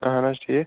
اہن حظ ٹھیٖک